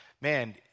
man